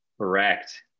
Correct